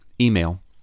email